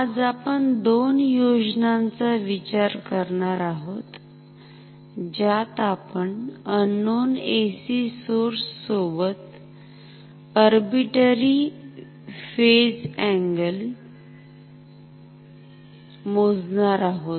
आज आपण दोन योजनांचा विचार करणार आहोत ज्यात आपण अननोन AC सोर्स सोबत अर्बिटरी फेज अँगल मोजणार आहोत